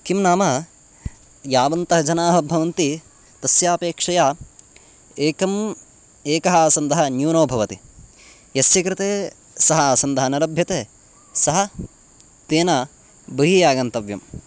किं नाम यावन्तः जनाः भवन्ति तस्यापेक्षया एकम् एकः आसन्दः न्यूनो भवति यस्य कृते सः आसन्दः न लभ्यते सः तेन बहिः आगन्तव्यम्